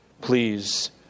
please